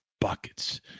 Buckets